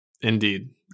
Indeed